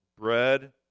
bread